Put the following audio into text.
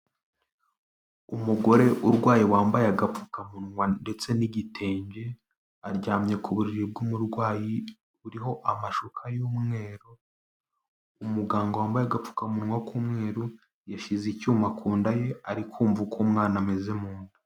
Umugore urwaye wambaye agapfukamunwa ndetse n'igitenge, aryamye ku buriri bw'umurwayi buriho amashuka y'umweru, umuganga wambaye agapfukamunwa k'umweru, yashyize icyuma ku nda ye, ari kumva uko umwana ameze mu nda.